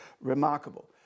remarkable